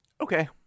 Okay